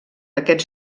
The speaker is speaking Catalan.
aquests